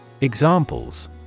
EXAMPLES